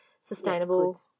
sustainable